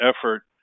effort